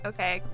Okay